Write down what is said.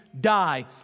die